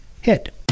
hit